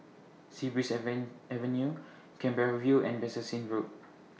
Sea Breeze Avenue Canberra View and Bassein Road